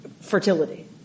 Fertility